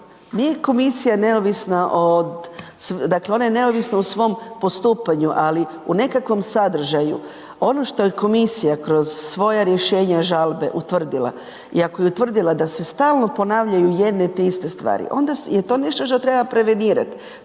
dakle ona je neovisna u svom postupanju ali u nekakvom sadržaju, ono što je komisija kroz svoja rješenja žalbe utvrdila i ako je utvrdila da se stalno ponavljaju jedno te iste stvari onda je to nešto što treba prevenirati.